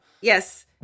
Yes